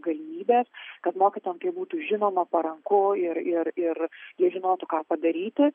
galimybės kad mokytojam tai būtų žinoma paranku ir ir ir jie žinotų ką padaryti